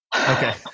Okay